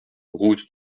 route